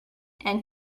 and